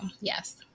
yes